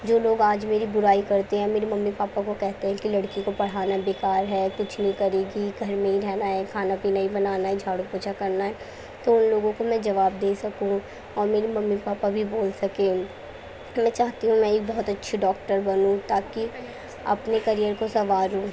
جو لوگ آج میری برائی کرتے ہیں میری ممی پاپا کو کہتے ہیں کہ لڑکی کو پڑھانا بےکار ہے کچھ نہیں کرے گی گھر میں ہی رہنا ہے کھانا پینا ہی بنانا ہے جھاڑو پونچھا کرنا ہے تو ان لوگوں کو میں جواب دے سکوں اور میری ممی پاپا بھی بول سکیں میں چاہتی ہوں میں ایک بہت اچھی ڈاکٹر بنوں تاکہ اپنے کیریئر کو سنواروں